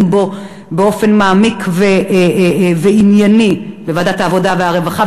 בו באופן מעמיק וענייני בוועדת העבודה והרווחה,